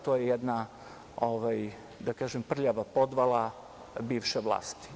To je jedna, da tako kažem, prljava podvala bivše vlast.